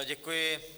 Děkuji.